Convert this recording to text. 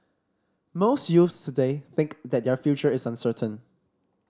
most youths today think that their future is uncertain